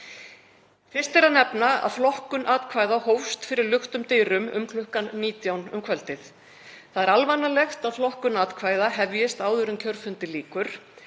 Fyrst er að nefna að flokkun atkvæða hófst fyrir luktum dyrum um kl. 19 um kvöldið. Það er alvanalegt að flokkun atkvæða hefjist áður en kjörfundi lýkur